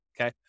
Okay